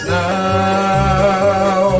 now